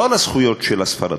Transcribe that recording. לא על הזכויות של הספרדים,